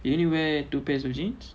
you only wear two pairs of jeans